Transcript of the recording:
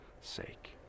sake